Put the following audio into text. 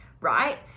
right